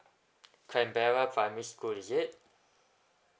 canberra primary school is it